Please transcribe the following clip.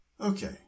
okay